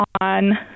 on